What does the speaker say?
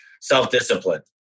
self-discipline